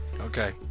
Okay